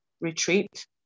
retreat